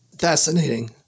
Fascinating